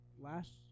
last